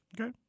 Okay